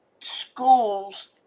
schools